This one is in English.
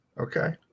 Okay